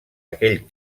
aquell